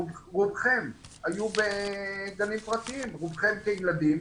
רובכם היו בגנים פרטיים כילדים,